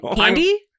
Andy